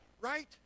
Right